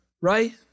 right